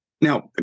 Now